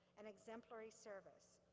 and exemplary service.